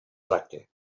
tracte